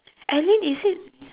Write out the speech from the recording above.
alyn is it